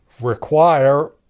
require